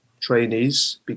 trainees